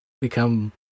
become